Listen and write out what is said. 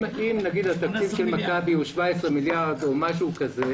אם נגיד התקציב של מכבי הוא 17 מיליארד או משהו כזה,